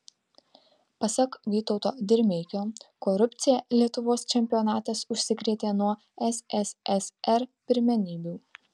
pasak vytauto dirmeikio korupcija lietuvos čempionatas užsikrėtė nuo sssr pirmenybių